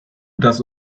dass